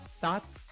Thoughts